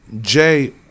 Jay